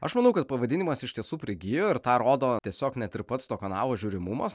aš manau kad pavadinimas iš tiesų prigijo ir tą rodo tiesiog net ir pats to kanalo žiūrimumas